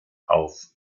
auf